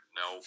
no